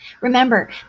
Remember